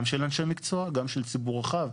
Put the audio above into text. גם של אנשי מקצוע, גם של ציבור רחב.